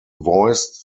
voiced